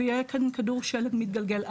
ויהיה כאן כדור שלג מתגלגל.